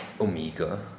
Omega